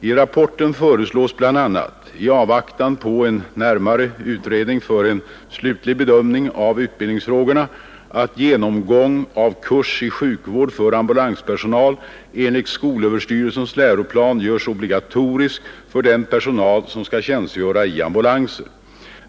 I rapporten föreslås bl.a. — i avvaktan på en närmare utredning för en slutlig bedömning av utbildningsfrågan — att genomgång av kurs i sjukvård för ambulanspersonal enligt skolöverstyrelsens läroplan görs obligatorisk för den personal, som skall tjänstgöra i ambulanser.